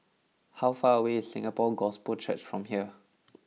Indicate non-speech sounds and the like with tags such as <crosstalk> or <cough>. how far away is Singapore Gospel Church from here <noise>